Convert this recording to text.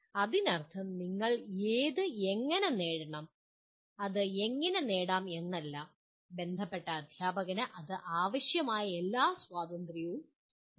ഇതിനർത്ഥം നിങ്ങൾ അത് എങ്ങനെ നേടണം അത് എങ്ങനെ നേടാം എന്നല്ല ബന്ധപ്പെട്ട അധ്യാപകന് അതിന് ആവശ്യമായ എല്ലാ സ്വാതന്ത്ര്യവും ഉണ്ട്